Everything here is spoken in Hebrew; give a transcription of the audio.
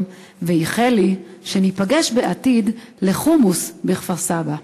ואיחל לי שניפגש בעתיד לחומוס בכפר-סבא.